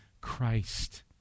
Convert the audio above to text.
Christ